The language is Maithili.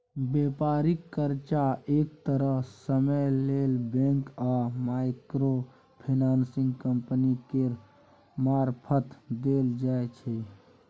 बेपारिक कर्जा एक तय समय लेल बैंक आ माइक्रो फाइनेंसिंग कंपनी केर मारफत देल जाइ छै